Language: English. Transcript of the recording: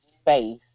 space